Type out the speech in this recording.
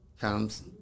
comes